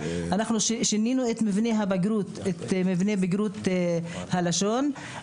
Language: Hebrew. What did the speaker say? שינינו את מבנה בגרות הלשון,